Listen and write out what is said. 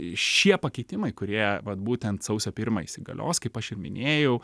šie pakeitimai kurie vat būtent sausio pirmą įsigalios kaip aš ir minėjau